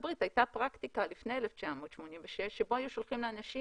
הברית הייתה פרקטיקה לפני 1986 בה היו שולחים לאנשים